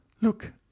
Look